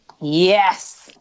yes